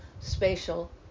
spatial